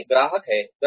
पहले ग्राहक है